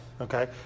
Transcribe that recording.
Okay